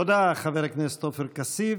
תודה, חבר הכנסת עופר כסיף.